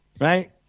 Right